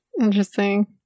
interesting